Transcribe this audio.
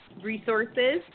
resources